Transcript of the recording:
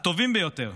הטובים ביותר,